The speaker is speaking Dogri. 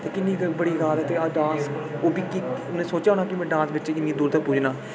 किन्नी बड्डी गल्ल ऐ ते अज्ज डांस ओह् बी की उन्नै सोचेआ होना कि मैं डांस बिच्च इन्नी दूर तगर पुज्जना